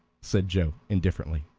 said joe, indifferently.